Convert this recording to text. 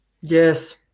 Yes